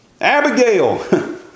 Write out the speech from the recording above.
Abigail